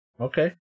Okay